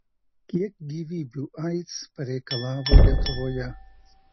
kiek gyvybių aids pareikalavo lietuvoje